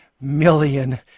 million